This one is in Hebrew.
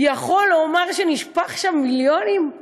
יכול לומר שנשפכים שם מיליונים?